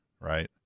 right